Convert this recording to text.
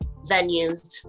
venues